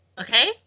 Okay